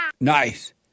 Nice